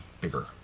bigger